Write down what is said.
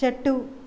చెట్టు